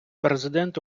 президент